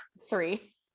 three